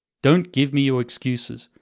don't give me your excuses.